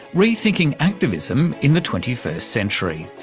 rethinking activism in the twenty first century.